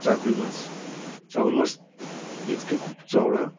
চাকুল মাছ চাকুল মাছ দেখতে খুব চওড়া